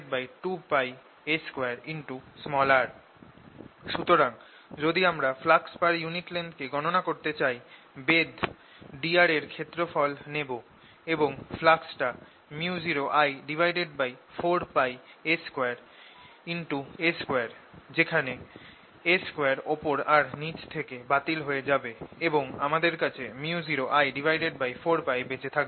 সুতরাং যদি আমরা flux per unit length কে গণনা করতে চাই বেধ dr এর ক্ষেত্রফল নেব এবং ফ্লাক্স টা µ0I4πa2a2 যেখানে a2 ওপর আর নিচ থেকে বাতিল হয়ে যাবে এবং আমাদের কাছে µ0I4π বেচে থাকবে